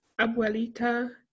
Abuelita